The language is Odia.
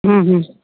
ହୁଁ ହୁଁ